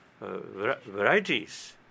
varieties